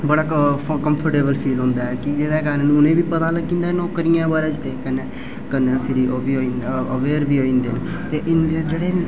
बड़ा comfortable feel होंदा ऐ ते कन्नै उ'नेंगी बी पता चली जंदा नौकरियें दे बारै च ते कन्नै फिरी ओह् बी होई जंदा ते कन्नै अवेयर बी होई जंदे ते कन्नै इं'दे जेह्ड़े